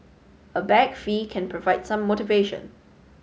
a bag fee can provide some motivation